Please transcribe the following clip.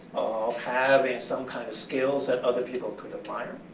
of having some kind of skills that other people could admire.